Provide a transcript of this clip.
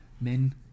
men